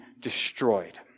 destroyed